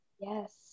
Yes